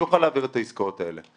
שהוא יוכל להעביר את העסקאות האלה.